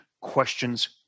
questions